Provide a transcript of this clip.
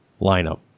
lineup